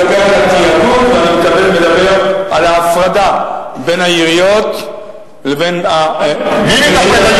אני מדבר על התאגוד ואני מדבר על ההפרדה בין העיריות לבין המשק הכלכלי,